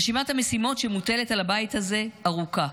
רשימת המשימות שמוטלת על הבית הזה ארוכה: